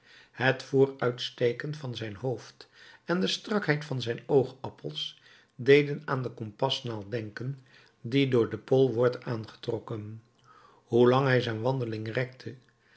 het vooruitsteken van zijn hoofd en de strakheid van zijn oogappels deden aan de kompasnaald denken die door de pool wordt aangetrokken hoe lang hij zijn wandeling rekte